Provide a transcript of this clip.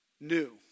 new